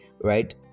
right